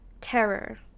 terror